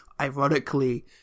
Ironically